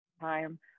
time